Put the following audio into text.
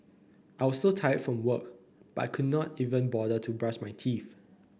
I was so tired from work but I could not even bother to brush my teeth